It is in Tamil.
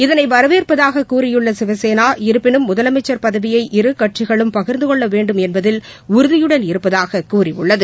இதனைவரவேற்பதாககூறியுள்ளசிவசேனா இருப்பினும் முதலமைச்சர் பதவியை இருகட்சிகளும் பகிர்ந்துகொள்ளவேண்டும் என்பதில் உறுதியுடன் இருப்பதாககூறியுள்ளது